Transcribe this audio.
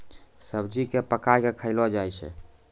सब्जी क पकाय कॅ खयलो जाय छै